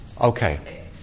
Okay